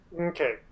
Okay